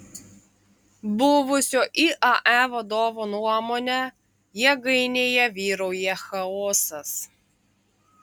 buvusio iae vadovo nuomone jėgainėje vyrauja chaosas